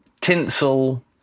Tinsel